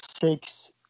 six